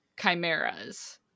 chimeras